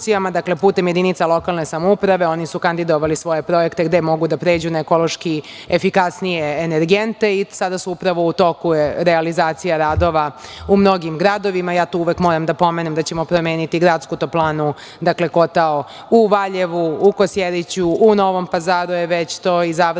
putem jedinica lokalne samouprave. Oni su kandidovali svoje projekte gde mogu da pređu na ekološki efikasnije energente i sada je upravo u toku realizacija radova u mnogim gradovima. Tu uvek moram da pomenem da ćemo promeniti gradsku toplanu, kotao u Valjevu, u Kosjeriću, u Novom Pazaru je već to i završeno.